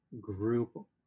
group